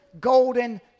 golden